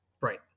Right